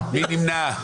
מי נמנע?